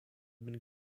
been